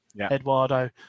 eduardo